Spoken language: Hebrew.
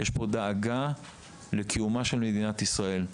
יש פה דאגה לקיומה של מדינת ישראל.